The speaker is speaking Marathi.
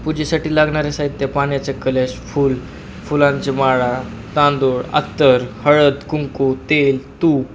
पूजेसाठी लागणाऱ्या साहित्य पाण्याचा कलश फुल फुलांचे माळा तांदूळ अत्तर हळद कुंकू तेल तूप